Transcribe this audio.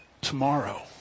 tomorrow